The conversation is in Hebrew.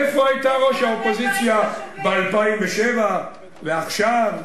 איפה היתה ראש האופוזיציה ב-2007 ועכשיו,